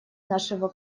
нашего